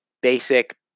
basic